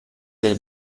del